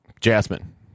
Jasmine